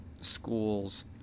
schools